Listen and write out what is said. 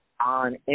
on